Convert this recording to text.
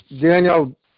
Daniel